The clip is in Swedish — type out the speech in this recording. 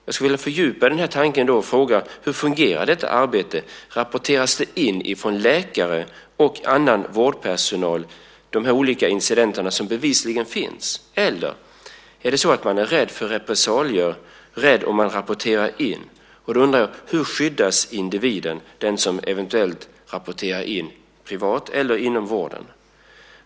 Jag skulle vilja fördjupa detta och fråga: Hur fungerar detta arbete? Rapporterar läkare och annan vårdpersonal in de olika incidenter som bevisligen förekommer, eller är det så att man är rädd för repressalier om man rapporterar in? Då undrar jag: Hur skyddas individen, den som eventuellt rapporterar in, privat eller inom vården?